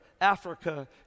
Africa